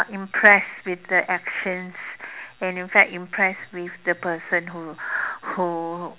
impressed with the actions and in fact impressed with the person who who